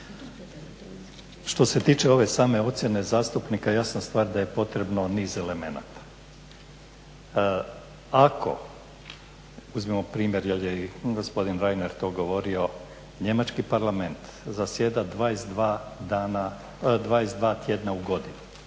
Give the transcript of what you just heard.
Što se tiče ove same ocjene zastupnika, jasna stvar da je potrebno niz elemenata. Ako uzmimo primjer jer je i gospodin Reiner to govorio, Njemački parlament zasjeda 22 dana, 22 tjedna u godini,